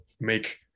make